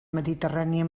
mediterrània